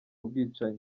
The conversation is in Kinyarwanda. bwicanyi